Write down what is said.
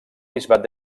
bisbat